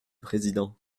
président